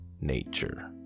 nature